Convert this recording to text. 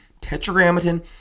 tetragrammaton